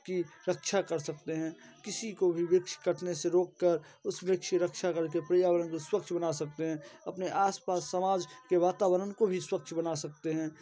की रक्षा कर सकते हैं किसी को भी वृक्ष काटने से रोक कर उस वृक्ष की रक्षा कर के पर्यावरण को स्वच्छ बना सकते हैं अपने आस पास समाज के वातारण को भी स्वच्छ बना सकते हैं